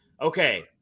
Okay